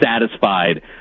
satisfied